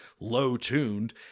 low-tuned